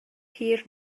hir